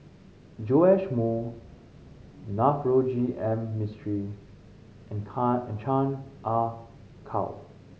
Joash Moo Navroji M Mistri and can and Chan Ah Kow